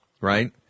right